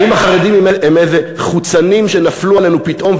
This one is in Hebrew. האם החרדים הם חוצנים שנפלו עלינו פתאום,